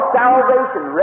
salvation